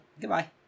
Goodbye